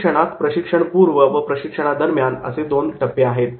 प्रशिक्षणात प्रशिक्षण पूर्व आणि प्रशिक्षणादरम्यान असे दोन टप्पे आहेत